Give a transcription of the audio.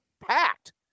packed